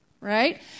right